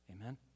Amen